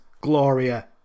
Gloria